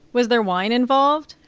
was there wine involved?